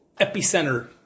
epicenter